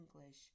English